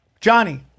Johnny